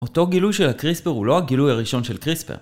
אותו גילוי של הקריספר הוא לא הגילוי הראשון של קריספר.